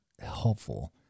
helpful